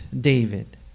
David